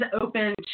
open